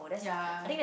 yeah